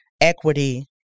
equity